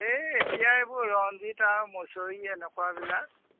সেই এতিয়া এইবোৰ ৰঞ্জিত আৰু মছৰি এনেকুৱাবিলাক